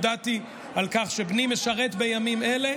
הודעתי על כך שבני משרת בימים אלה,